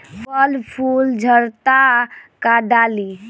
फल फूल झड़ता का डाली?